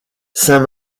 saint